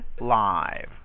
live